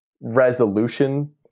resolution